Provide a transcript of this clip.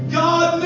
god